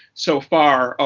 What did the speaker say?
so far?